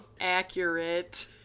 Accurate